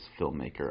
filmmaker